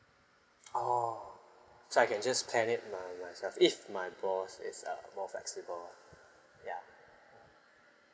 oh so I can just plan it my myself if my boss is uh more flexible ya